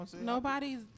Nobody's